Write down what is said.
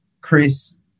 Chris